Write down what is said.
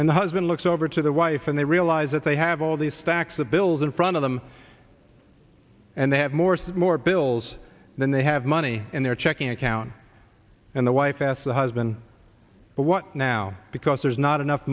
and the husband looks over to the wife and they realize that they have all these stacks of bills in front of them and they have more says more bills than they have money in their checking account and the wife asked the husband but what now because there's not enough